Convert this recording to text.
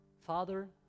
Father